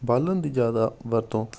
ਬਾਲਣ ਦੀ ਜ਼ਿਆਦਾ ਵਰਤੋਂ